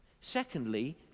Secondly